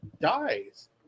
dies